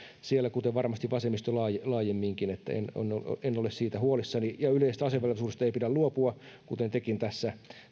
siellä kuten varmasti vasemmisto laajemminkin en ole siitä huolissani ja yleisestä asevelvollisuudesta ei pidä luopua kuten tekin tässä